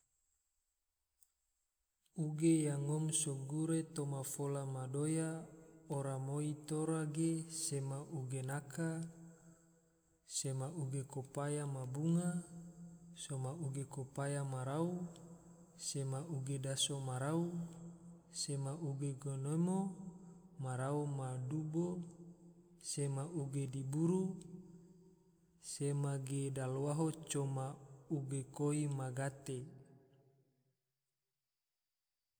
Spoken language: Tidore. Uge yang ngom sogure toma fola ma doya ora moi tora ge sema uge naka, sema uge kopaya ma bunga, sema uge kopaya ma rqau, sema uge daso ma rau, sema uge ganemo ma rau ma dubo, se. a uge diuburu, sema uge dalawaho, coma uge koi ma gate